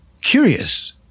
Curious